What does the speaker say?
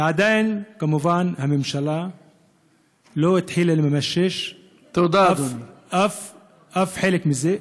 ועדיין, כמובן, הממשלה לא התחילה לממש אף חלק מזה.